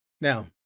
Now